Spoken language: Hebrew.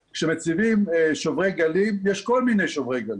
כשמציבים שוברי גלים, יש כל מיני שוברי גלים.